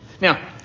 Now